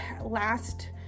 last